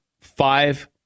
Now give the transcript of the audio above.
five